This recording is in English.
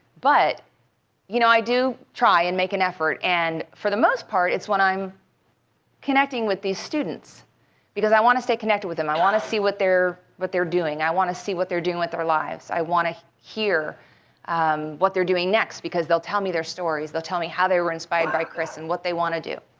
but you know i do try and make an effort. and for the most part, it's when i'm connecting with these students because i want to stay connected with them. i want to see what they're what they're doing. i want to see what they're doing with their lives. i want to hear um what they're doing next. because they'll tell me their stories. they'll tell me how they were inspired by chris and what they want to do.